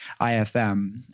IFM